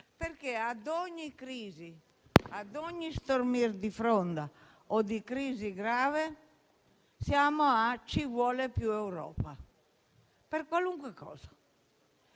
perché, ad ogni crisi, ad ogni stormir di fronda o di crisi grave, sentiamo: «Ci vuole più Europa», per qualunque cosa.